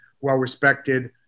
well-respected